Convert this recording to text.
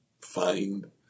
Find